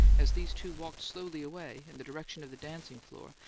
as these two walked slowly away, in the direction of the dancing-floor,